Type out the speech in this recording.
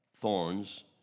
Thorns